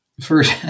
First